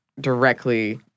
directly